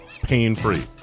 pain-free